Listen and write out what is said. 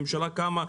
הממשלה קמה.